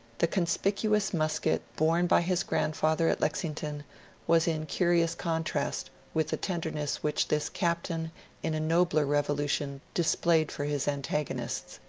the conspicuous musket borne by his grandfather at lexington was in curious contrast with the tenderness which this captain in a nobler revolution displayed for his antago nists.